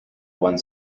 one